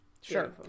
Sure